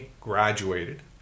graduated